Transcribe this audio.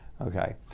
okay